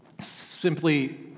Simply